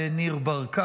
השר ניר ברקת,